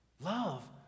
Love